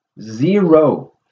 Zero